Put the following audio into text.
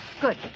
Good